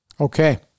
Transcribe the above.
Okay